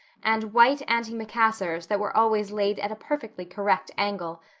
and white antimacassars that were always laid at a perfectly correct angle,